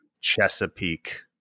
Chesapeake